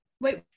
Wait